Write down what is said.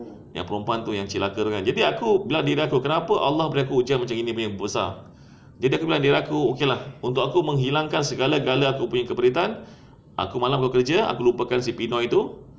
yang perempuan tu yang celaka tu kan jadi aku bilang diri aku kenapa allah bagi aku ujian besar jadi aku bilang dia okay lah untuk aku menghilangkan segala-gala aku punya keperitan aku malam aku kerja aku lupakan si pinoy tu